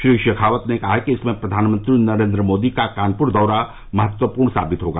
श्री शेखावत ने कहा कि इसमें प्रधानमंत्री नरेंद्र मोदी का कानपुर दौरा महत्वपूर्ण साबित होगा